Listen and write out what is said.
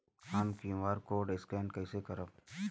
हम QR code scan कइसे करब?